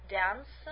dance